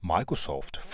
Microsoft